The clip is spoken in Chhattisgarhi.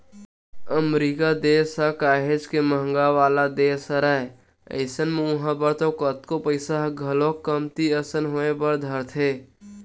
अमरीका देस ह काहेच के महंगा वाला देस हरय अइसन म उहाँ बर तो कतको पइसा ह घलोक कमती असन होय बर धरथे